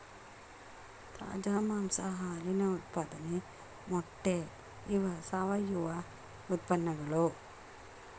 ತಾಜಾ ಮಾಂಸಾ ಹಾಲಿನ ಉತ್ಪಾದನೆ ಮೊಟ್ಟೆ ಇವ ಸಾವಯುವ ಉತ್ಪನ್ನಗಳು